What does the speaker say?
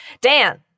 Dan